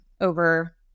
over